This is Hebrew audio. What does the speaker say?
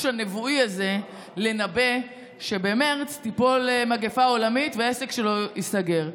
הנבואי הזה לנבא שבמרץ תיפול מגפה עולמית והעסק שלו ייסגר.